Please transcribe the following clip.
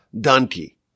donkey